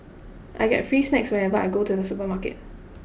I get free snacks whenever I go to the supermarket